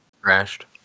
crashed